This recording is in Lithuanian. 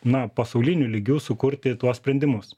na pasauliniu lygiu sukurti tuos sprendimus